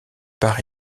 par